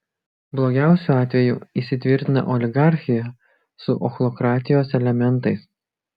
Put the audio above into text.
blogiausiu atveju įsitvirtina oligarchija su ochlokratijos elementais